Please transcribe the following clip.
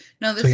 No